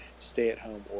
stay-at-home